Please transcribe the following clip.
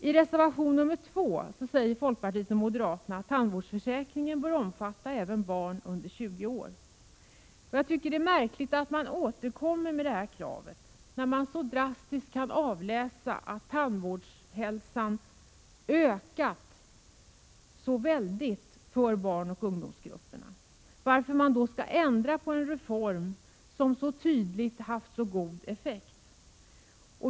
I reservation 2 säger folkpartiet och moderaterna att tandvårdsförsäkringen bör omfatta även barn under 20 år. Jag tycker det är märkligt att man återkommer med detta krav, när man så tydligt kan avläsa att tandhälsan på ett dramatiskt sätt har ökat hos barnoch ungdomsgrupperna. Varför skall man ändra på en reform som så tydligt har haft god effekt?